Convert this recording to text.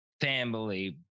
family